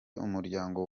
umuryango